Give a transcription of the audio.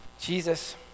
Jesus